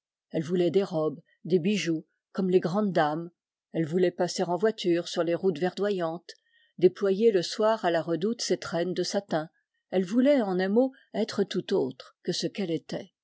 elle voulait des robes des bijoux comme les grandes dames elle voulait passer en voiture sur les routes verdoyantes déployer le soir à la redoute ses traînes de satin elle voulait en un mot être tout autre que ce qu'elle était